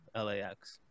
LAX